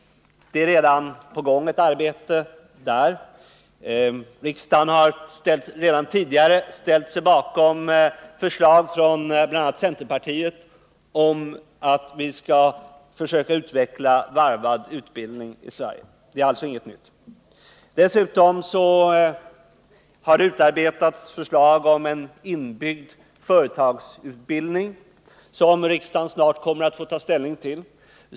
Ett arbete med detta är på gång. Riksdagen har redan tidigare ställt sig bakom förslag från bl.a. centerpartiet om att vi skall försöka utveckla varvad utbildning i Sverige. Det är alltså ingenting nytt. Dessutom har det utarbetats ett förslag om en inbyggd företagsutbildning, vilket riksdagen snart får ta ställning till.